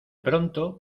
pronto